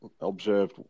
observed